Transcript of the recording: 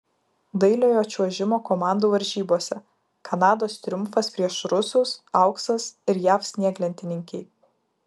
dailiojo čiuožimo komandų varžybose kanados triumfas prieš rusus auksas ir jav snieglentininkei